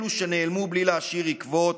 אלו שנעלמו בלי להשאיר עקבות,